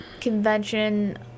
convention